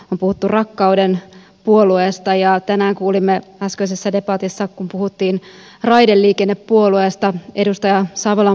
on puhuttu rakkauden puolueesta ja tänään kuulimme äskeisessä debatissa kun puhuttiin raideliikennepuolueesta edustaja savolan puheenvuorossa